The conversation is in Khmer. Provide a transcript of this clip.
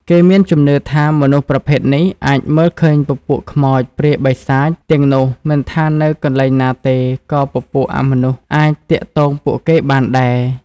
គេមានជំនឿថាមនុស្សប្រភេទនេះអាចមើលឃើញពពួកខ្មោចព្រាយបិសាចទាំងនោះមិនថាទៅកន្លែងណាទេក៏ពពួកអមនុស្សអាចទាក់ទងពួកគេបានដែរ